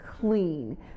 clean